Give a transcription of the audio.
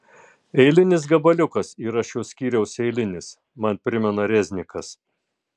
eilinis gabaliukas yra šio skyriaus eilinis man primena reznikas